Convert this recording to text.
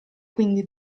quindi